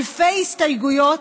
אלפי הסתייגויות,